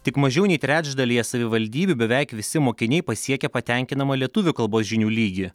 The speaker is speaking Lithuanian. tik mažiau nei trečdalyje savivaldybių beveik visi mokiniai pasiekia patenkinamą lietuvių kalbos žinių lygį